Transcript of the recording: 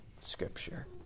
Scripture